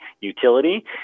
utility